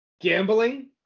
Gambling